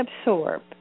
absorb